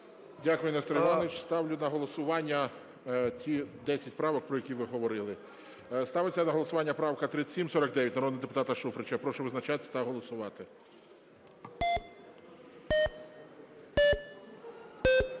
Дякую, Нестор Іванович. Ставлю на голосування ті 10 правок, про які ви говорили. Ставиться на голосування правка 3749 народного депутата Шуфрича. Прошу визначатися та голосувати.